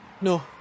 No